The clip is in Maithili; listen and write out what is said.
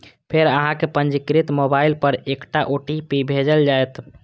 फेर अहांक पंजीकृत मोबाइल पर एकटा ओ.टी.पी भेजल जाएत